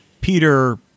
Peter